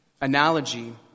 analogy